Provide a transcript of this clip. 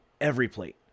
Everyplate